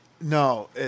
No